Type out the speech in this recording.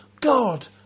God